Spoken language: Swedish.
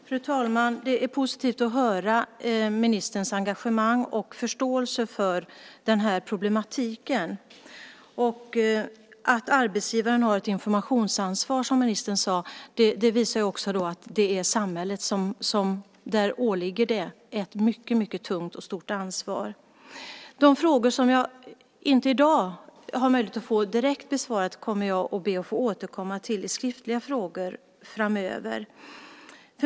Fru talman! Det är positivt att höra ministerns engagemang och förståelse för problematiken och att arbetsgivaren har ett informationsansvar, som ministern sade. Det visar att det åligger samhället ett mycket, mycket tungt och stort ansvar. De frågor som jag inte i dag har möjlighet att få direkt besvarade ber jag att få återkomma till i skriftliga frågor framöver.